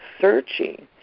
searching